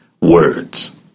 words